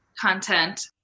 content